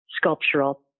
sculptural